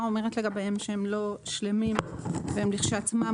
אומרת לגביהם שהם לא שלמים והם לכשעצמם,